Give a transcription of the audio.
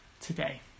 today